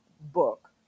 book